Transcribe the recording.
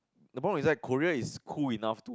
the problem is right Korea is cool enough to